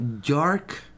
Dark